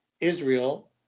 Israel